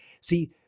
see